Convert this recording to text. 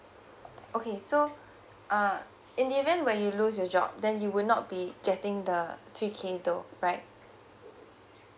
okay so uh in the event where you lose your job then you will not be getting the three K though right